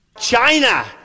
China